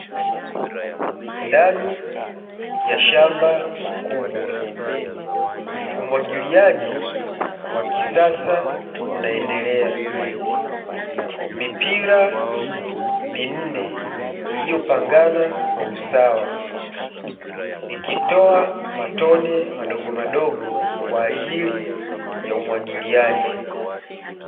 Ndani ya shamba kubwa umwagiliaji wa kisasa unaendelea, mipira minne iliyopangana kwa usawa ikitoa matone madogo madogo kwa ajili ya umwagiliaji.